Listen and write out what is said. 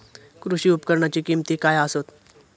कृषी उपकरणाची किमती काय आसत?